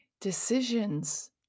decisions